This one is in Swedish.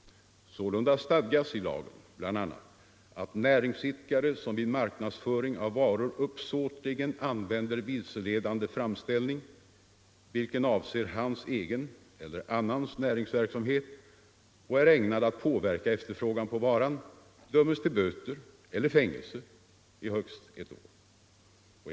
Sålunda stadgas i lagen bl.a.: Alla näringsidkare som vid marknadsföring av vara eller tjänst uppsåtligen använder vilseledande framställning, vilken avser hans egen eller annans näringsverksamhet och är ägnad att påverka efterfrågan på varan eller tjänsten, dömes till böter eller fängelse i högst ett år.